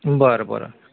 बरं बरं